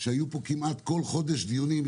שהיו פה כמעט כל חודש דיונים,